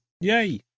Yay